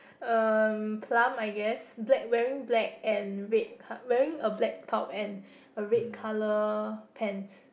um plump I guess black wearing black and red co~ wearing a black top and a red colour pants